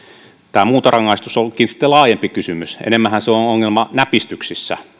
tämä muuntorangaistus onkin sitten laajempi kysymys enemmänhän se on ongelma näpistyksissä